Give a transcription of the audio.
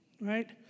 right